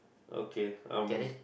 okay um